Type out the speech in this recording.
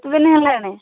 ଦିନ ହେଲାଣି